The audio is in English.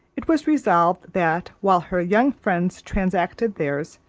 it was resolved, that while her young friends transacted their's,